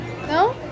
No